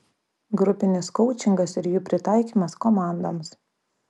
grupinis koučingas ir jų pritaikymas komandoms